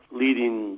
leading